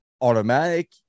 automatic